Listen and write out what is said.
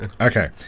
Okay